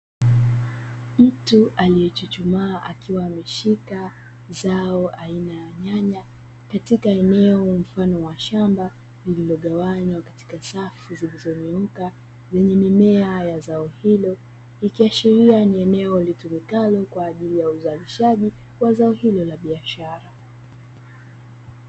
Mtu aliyechuchumaa akiwa ameshika zao aina ya nyanya, katika eneo mfano wa shamba. Lililogawanywa katika safu zilizonyooka, zenye mimea ya zao ilo. Ikiashiria ni eneo litumikalo kwaajili ya uzalishaji wa zao ilo la biashara.